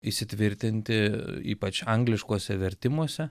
įsitvirtinti ypač angliškose vertimuose